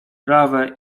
prawe